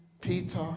Peter